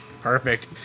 Perfect